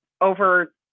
over